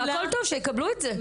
והכול טוב, שיקבלו את זה.